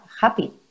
happy